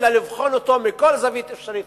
אלא לבחון אותו מכל זווית אפשרית.